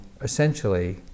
essentially